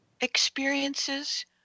experiences